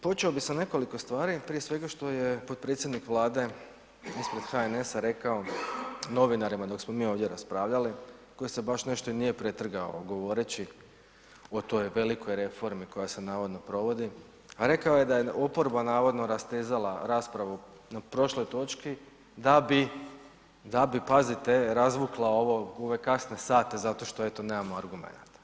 Počeo bih sa nekoliko stvari, prije svega što je potpredsjednik Vlade ispred HNS-a rekao novinarima dok smo mi ovdje raspravljali, koji se baš nešto i nije pretrgao govoreći o toj velikoj reformi koja se navodno provodi, a rekao je da je oporba navodno rastezala raspravu na prošloj točki da bi, da bi, pazite, razvukla ovo, u ove kasne sate zato što, eto, nemamo argumenata.